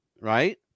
right